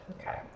Okay